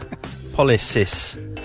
Polysis